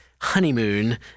honeymoon